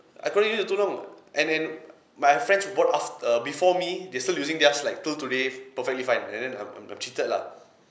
I couldn't use it too long and and my friends who bought aft~ err before me they still using theirs like till today perfectly fine and then I'm I'm cheated lah